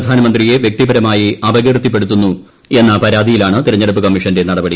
പ്രധാനമന്ത്രിയെ വ്യക്തിപരമായി അപകീർത്തിപ്പെടുത്തുന്നു എന്ന പരാതിയിലാണ് തെരഞ്ഞെടുപ്പ് കമ്മീഷന്റെ നടപടി